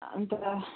अन्त